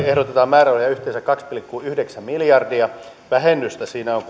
ehdotetaan määrärahoja yhteensä kaksi pilkku yhdeksän miljardia vähennystä siinä on